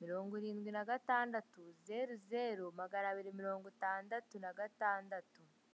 mirongo irindwi na gatandatu, zeru zeru, magana abiri mirongo itandatu na gatandatu.